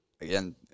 again